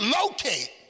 locate